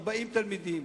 40 תלמידים.